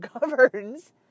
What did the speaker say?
governs